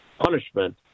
punishment